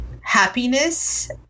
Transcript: happiness